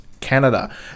Canada